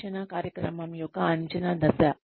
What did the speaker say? శిక్షణా కార్యక్రమం యొక్క అంచనా దశ